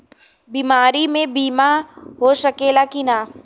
बीमारी मे बीमा हो सकेला कि ना?